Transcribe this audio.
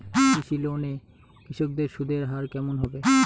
কৃষি লোন এ কৃষকদের সুদের হার কেমন হবে?